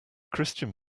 christian